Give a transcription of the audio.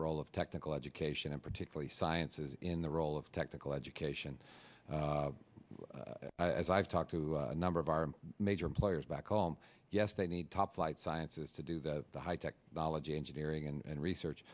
role of technical education and particularly sciences in the role of technical education as i've talked to a number of our major employers back home yes they need top flight sciences to do the high technology engineering and research